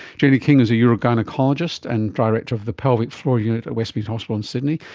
jenny king is a urogynaecologist and director of the pelvic floor unit at westmead hospital in sydney.